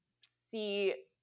see